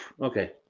okay